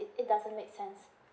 it it doesn't make sense